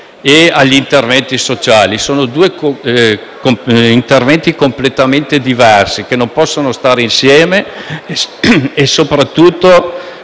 e gli interventi sociali: sono due interventi completamente diversi, che non possono stare insieme. Soprattutto,